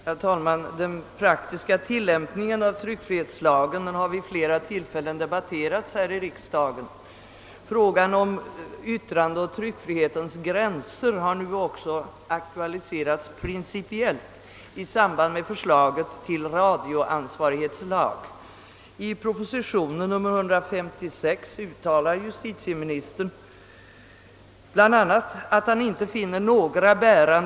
Herr talman! Den praktiska tillämpningen av tryckfrihetslagen har vid flera tillfällen debatterats i riksdagen. Frågan om yttrandeoch tryckfrihetens gränser har också aktualiserats principiellt i samband med förslaget till radioansvarighetslag. I propositionen nr 156 s. 40 avvisar justitieministern den i ett remissyttrande hävdade synpunkten, att avgörandet beträffande radioansvarighetslag borde uppskjutas i avbidan på att hela frågan om yttrandefrihetens gränser blir utredd.